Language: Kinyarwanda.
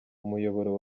umuyoboro